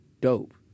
dope